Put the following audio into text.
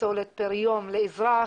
פסולת פר יום לאזרח,